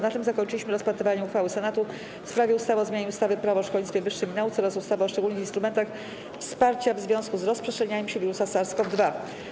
Na tym zakończyliśmy rozpatrywanie uchwały Senatu w sprawie ustawy o zmianie ustawy - Prawo o szkolnictwie wyższym i nauce oraz ustawy o szczególnych instrumentach wsparcia w związku z rozprzestrzenianiem się wirusa SARS-CoV-2.